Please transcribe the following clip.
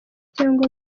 cyangwa